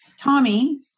Tommy